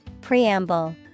preamble